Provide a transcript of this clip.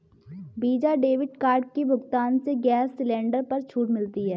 visa debit card के भुगतान से गैस सिलेंडर पर छूट मिलती है